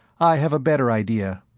i have a better idea.